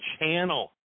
channel –